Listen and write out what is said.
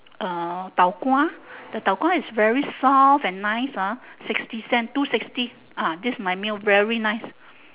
uh tau-kwa the tau-kwa is very soft and nice ah sixty cent two sixty ah this is my meal very nice